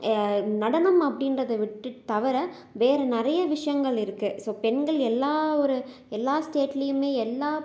நடனம் அப்படின்றதை விட்டுட்டு தவிர வேறு நிறைய விஷயங்கள் இருக்குது ஸோ பெண்கள் எல்லாம் ஒரு எல்லாம் ஸ்டேட்லேயுமே எல்லாம்